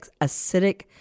acidic